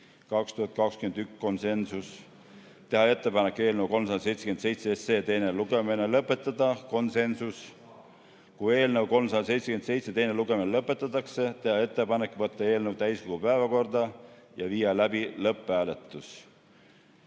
2021 (konsensus), teha ettepanek eelnõu 377 teine lugemine lõpetada (konsensus), kui eelnõu 377 teine lugemine lõpetatakse, teha ettepanek võtta eelnõu täiskogu päevakorda ja viia läbi lõpphääletus